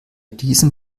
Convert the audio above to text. diesem